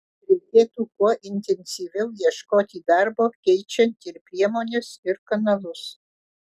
reikėtų kuo intensyviau ieškoti darbo keičiant ir priemones ir kanalus